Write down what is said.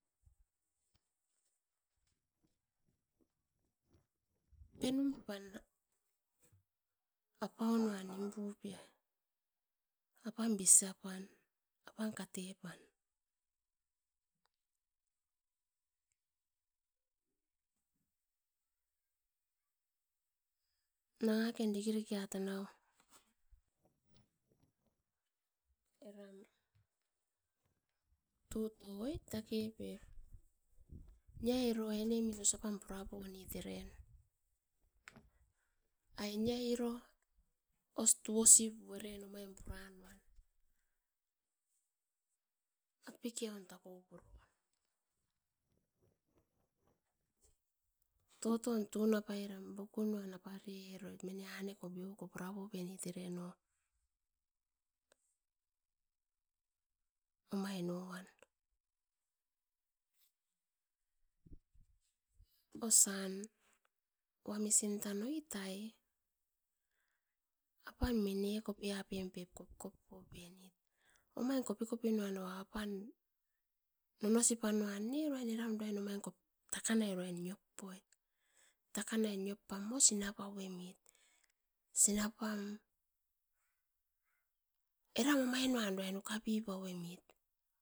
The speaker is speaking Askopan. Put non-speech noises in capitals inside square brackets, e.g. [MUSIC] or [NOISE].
[NOISE] Penu mapan da apaun nuan nim pupeai apan bisiapan, apan kate pan, nanga ken diki riki a tanau eram tuto oit, dake pep nia osa pan aine min ai nia os tuosi pu eram omain puran, apikian tapo puron toton tunapai ran bokunan apare eroit. Mine aneko biovoko pura pupenit eren no. Omain noan, osan uamisin tan oit ai, apan mineko pian. Pep kopkopian, omain kopkopi nanoa apan nonosi panan ne era uru ain eram takanai niop pam sina pau emit. Sina pam era omain nuan uruain ukapi pau emit.